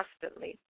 constantly